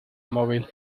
móvil